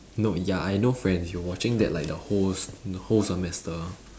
no ya I know friends you watching that like the whole s~ the whole semester